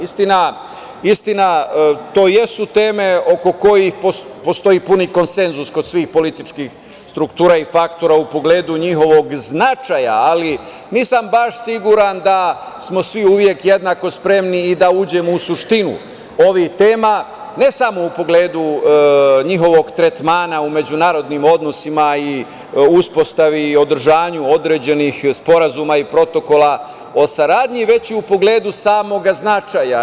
Istina, to jesu teme oko kojih postoji puni konsenzus kod svih političkih struktura i faktora u pogledu njihovog značaja, ali nisam baš siguran da smo svi uvek jednako spremni da uđemo u suštinu ovih tema, ne samo u pogledu njihovog tretmana u međunarodnim odnosima i uspostavi i održanju određenih sporazuma i protokola o saradnji, već i u pogledu samog značaja.